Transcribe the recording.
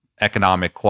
Economic